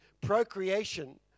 procreation